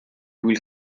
will